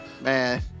man